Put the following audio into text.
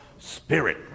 Spirit